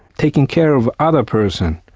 taking care of other persons.